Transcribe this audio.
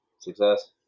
Success